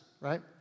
right